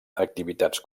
activitats